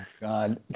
God